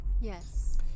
yes